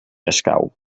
escau